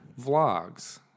Vlogs